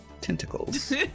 tentacles